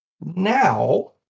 Now